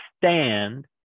stand